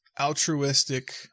altruistic